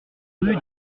rue